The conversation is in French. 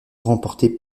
remporté